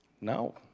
No